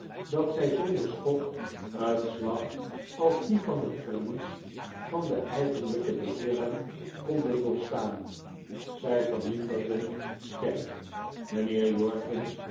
dat zij zonder schok een slag als die van het verlies van den eigenlijken beheerder konden doorstaan zij verminderden sterk